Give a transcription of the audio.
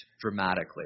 dramatically